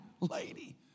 lady